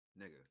nigga